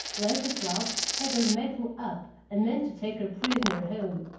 leslie cloud had her mettle up, and meant to take her prisoner home.